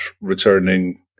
returning